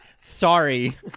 Sorry